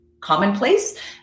commonplace